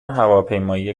هواپیمایی